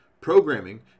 programming